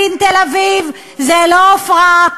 דין תל-אביב הוא לא דין עפרה,